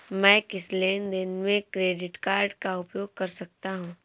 मैं किस लेनदेन में क्रेडिट कार्ड का उपयोग कर सकता हूं?